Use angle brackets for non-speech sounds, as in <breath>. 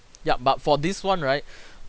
yep but for this one right <breath>